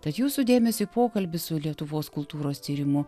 tad jūsų dėmesiui pokalbis su lietuvos kultūros tyrimų